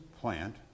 plant